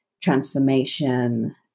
transformation